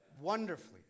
Wonderfully